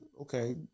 okay